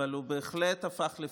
אבל הוא בהחלט הפך לפארסה,